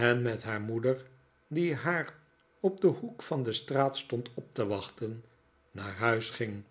met haar moeder die haar op den hoek van de straat stond op te wachten naar huis ging